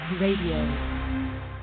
radio